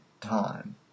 time